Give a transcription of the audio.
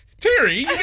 Terry